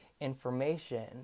information